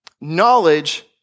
Knowledge